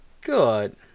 good